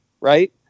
right